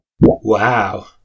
Wow